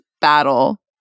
battle